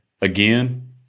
again